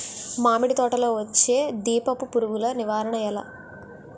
మామిడి తోటలో వచ్చే దీపపు పురుగుల నివారణ ఎలా?